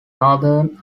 northern